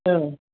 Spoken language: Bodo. औ